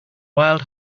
wild